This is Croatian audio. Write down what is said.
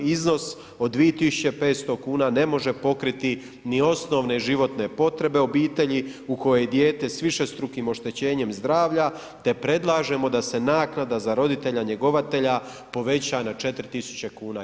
Iznos od 2.500 kuna ne može pokriti ni osnovne životne potrebe obitelji u kojoj je dijete s višestrukim oštećenjem zdravlja te predlažemo da se naknada za roditelja njegovatelja poveća na 4.000 kuna.